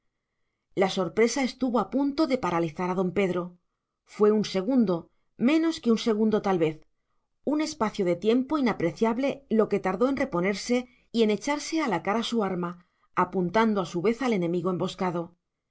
la sorpresa estuvo a punto de paralizar a don pedro fue un segundo menos que un segundo tal vez un espacio de tiempo inapreciable lo que tardó en reponerse y en echarse a la cara su arma apuntando a su vez al enemigo emboscado